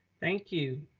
thank you,